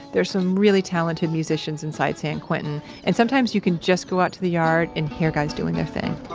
there's some really talented musicians inside san quentin and sometimes, you can just go out to the yard and hear guys doing their thing.